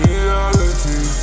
Reality